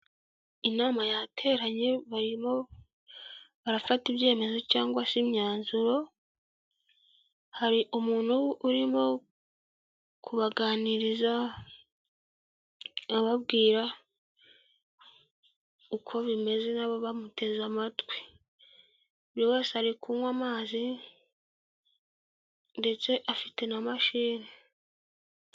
Inama yateranye barimo barafata ibyemezo cyangwa se imyanzuro, hari umuntu urimo kubaganiriza ababwira uko bimeze nabo bamuteze amatwi, buri wese ari kunywa amazi ndetse afite na mashini.